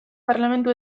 parlamentu